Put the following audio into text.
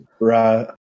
right